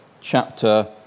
chapter